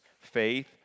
faith